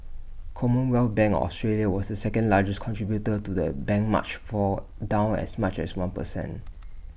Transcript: commonwealth bank of Australia was the second largest contributor to the benchmark's fall down as much as one percent